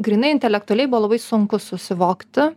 grynai intelektualiai buvo labai sunku susivokti